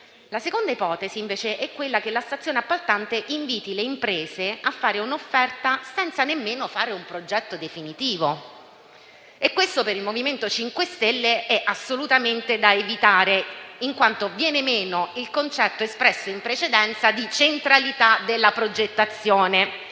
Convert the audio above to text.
La seconda possibilità, invece, è quella che la stazione appaltante inviti le imprese a fare un'offerta senza nemmeno fare un progetto definitivo e questo per il MoVimento 5 Stelle è assolutamente da evitare, in quanto viene meno il concetto espresso in precedenza di centralità della progettazione.